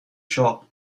shop